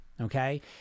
okay